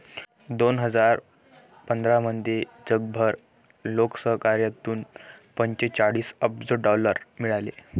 दोन हजार पंधरामध्ये जगभर लोकसहकार्यातून पंचेचाळीस अब्ज डॉलर मिळाले